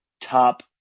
top